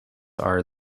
are